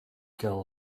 girl